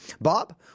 Bob